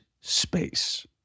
space